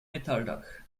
metalldach